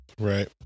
right